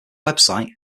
website